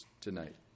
tonight